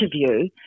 interview